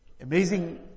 amazing